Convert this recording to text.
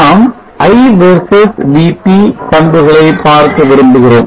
நாம் I versus VT பண்புகளை பார்க்க விரும்புகிறோம்